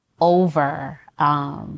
over